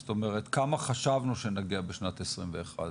זאת אומרת כמה חשבנו שנגיע בשנת 2021?